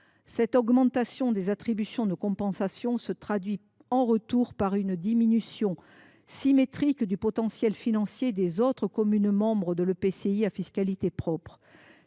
Cette augmentation des attributions de compensation se traduit en retour par une diminution symétrique du potentiel financier des autres communes membres de l’EPCI à fiscalité propre.